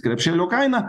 krepšelio kainą